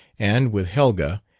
and, with helga,